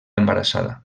embarassada